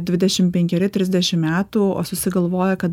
dvidešim penkeri trisdešim metų o susigalvoja kad